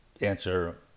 Answer